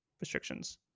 restrictions